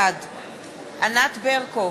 בעד ענת ברקו,